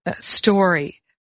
story